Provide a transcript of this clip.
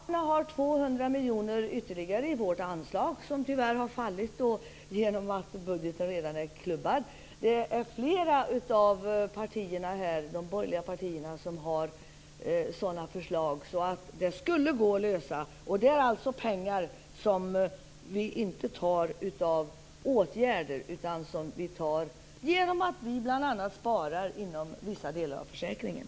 Herr talman! Moderaterna har 200 miljoner ytterligare i sitt anslag som tyvärr har fallit genom att budgeten redan är klubbad. Flera av de borgerliga partierna har sådana förslag. Detta skulle alltså gå att lösa. Det handlar om pengar som vi inte tar av åtgärder, utan bl.a. genom att spara inom vissa delar av försäkringen.